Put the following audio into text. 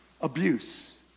abuse